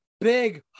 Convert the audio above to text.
big